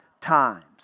times